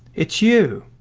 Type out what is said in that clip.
it's you,